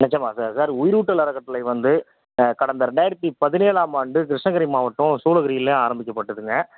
நிஜமா sir sir உயிரூட்டல் அறக்கட்டளை வந்து கடந்த ரெண்டாயிரத்தி பதினேழாம் ஆண்டு கிருஷ்ணகிரி மாவட்டம் சூலகிரியில் ஆரம்பிக்கப்பட்டதுங்க